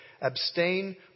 Abstain